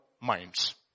minds